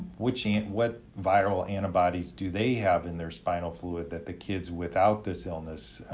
which and what viral antibodies do they have in their spinal fluid that the kids without this illness